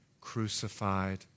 crucified